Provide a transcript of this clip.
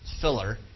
filler